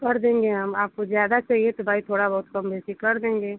कर देंगे हम आपको ज़्यादा चाहिए तो भाई थोड़ा बहुत कमी बेशी कर देंगे